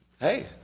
Hey